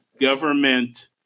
government